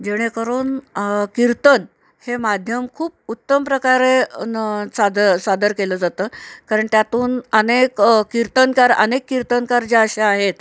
जेणेकरून कीर्तन हे माध्यम खूप उत्तम प्रकारे न साद सादर केलं जातं कारण त्यातून अनेक कीर्तनकार अनेक कीर्तनकार जे असे आहेत